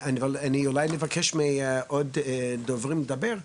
נבקש לדבר מעוד דוברים לדבר.